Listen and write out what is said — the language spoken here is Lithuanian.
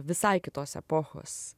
visai kitos epochos